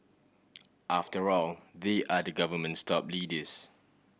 after all they are the government's top leaders